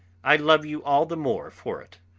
i love you all the more for it!